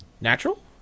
Natural